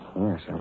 Yes